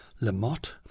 Lamotte